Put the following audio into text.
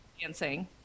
dancing